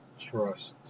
trust